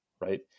right